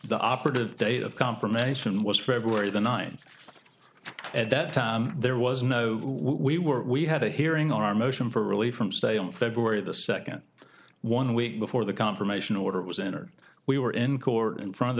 the operative date of confirmation was february the ninth at that time there was no we were we had a hearing on our motion for relief from stay on february the second one week before the confirmation order was in or we were in court